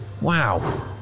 Wow